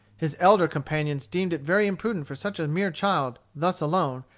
his elder companions deemed it very imprudent for such a mere child, thus alone,